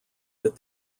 that